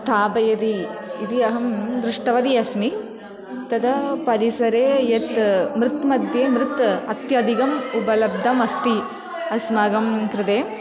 स्थापयति इति अहं दृष्टवती अस्मि तदा परिसरे यत् मृत् मध्ये मृत् अत्यधिकम् उपलब्धम् अस्ति अस्माकं कृते